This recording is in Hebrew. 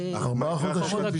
ארבעה חודשים?